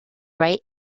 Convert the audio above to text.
write